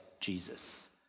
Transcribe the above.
Jesus